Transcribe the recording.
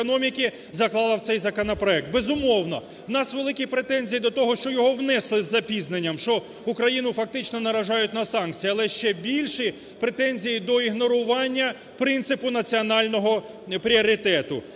заклало в цей законопроект. Безумовно, у нас великі претензії до того, що його внесли з запізненням, що Україну фактично наражають на санкції. Але ще більші претензії до ігнорування принципу національного пріоритету.